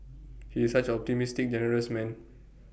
he is such optimistic generous man